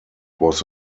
was